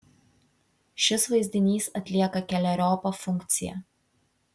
šis vaizdinys atlieka keleriopą funkciją